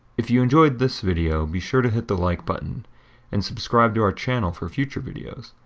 if you enjoyed this video, be sure to hit the like button and subscribe to our channel for future videos.